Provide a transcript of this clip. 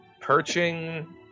Perching